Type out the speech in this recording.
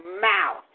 mouth